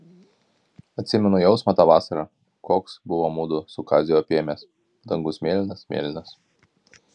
atsimenu jausmą tą vasarą koks buvo mudu su kaziu apėmęs dangus mėlynas mėlynas